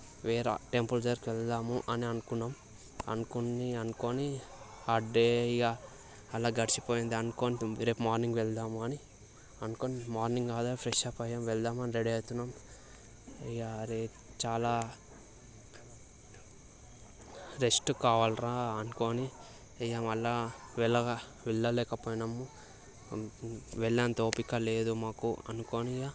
వేరే టెంపుల్ దగ్గరకి వెళదాం అని అనుకున్నాం అనుకొని అనుకొని ఆ డే ఇగ అలా గడిచిపోయింది అనుకొని రేపు మార్నింగ్ వెళదాం అని అనుకోని మార్నింగ్ ఆడ ఫ్రెష్ అప్ అయ్యాం వెళదామని రెడీ అవుతున్నాం ఇక రేపు చాలా రెస్ట్ కావాలిరా అనుకోని ఇగ మళ్ళా వెళ్ళగా వెళ్లలేకపోయాం వెళ్ళే అంత ఓపిక లేదు మాకు అనుకొని